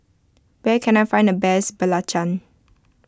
where can I find the best Belgian